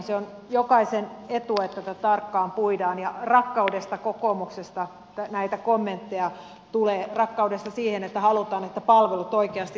se on jokaisen etu että tätä tarkkaan puidaan ja rakkaudesta kokoomuksesta näitä kommentteja tulee rakkaudesta siihen että halutaan että palvelut oikeasti toimivat